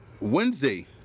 Wednesday